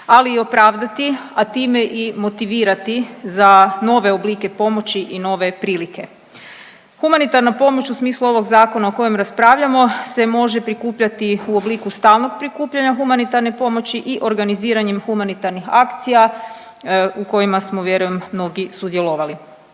ali i opravdati, a time i motivirati za nove oblike pomoći i nove prilike. Humanitarna pomoć u smislu ovog zakona o kojem raspravljamo se može prikupljati u obliku stalnog prikupljanja humanitarne pomoći i organiziranjem humanitarnih akcija u kojima smo vjerujem mnogi sudjelovali.